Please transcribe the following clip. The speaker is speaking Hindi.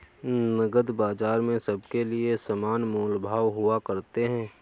नकद बाजार में सबके लिये समान मोल भाव हुआ करते हैं